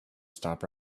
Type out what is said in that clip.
stop